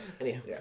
Anyhow